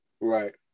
right